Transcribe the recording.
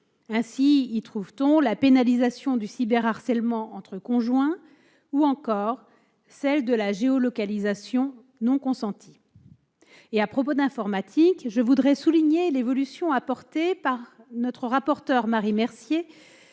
Ainsi y trouve-t-on la pénalisation du cyberharcèlement entre conjoints ou encore celle de la géolocalisation non consentie. Puisque l'on parle d'informatique, je veux souligner l'évolution apportée par notre rapporteur, Marie Mercier,